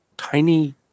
tiny